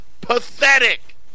Pathetic